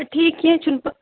ٹھیٖک کیٚنٛہہ چھُنہٕ پہ